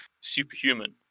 superhuman